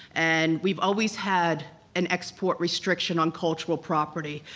and we've always had an export restriction on cultural property,